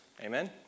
Amen